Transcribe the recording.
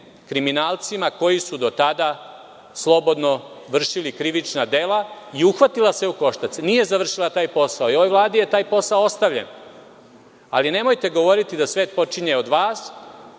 kriminalcima koji su do tada slobodno vršili krivična dela i uhvatila se u koštac, nije završila taj posao. Ovoj Vladi je taj posao ostavljen, ali nemojte govoriti da svet počinje od vas,